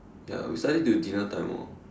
ya we study till dinner time orh